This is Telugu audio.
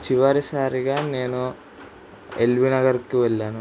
చివరిసారిగా నేను ఎల్బీ నగర్కు వెళ్ళాను